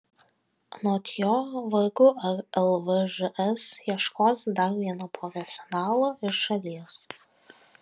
anot jo vargu ar lvžs ieškos dar vieno profesionalo iš šalies